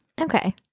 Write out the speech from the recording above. Okay